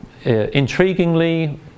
intriguingly